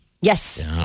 Yes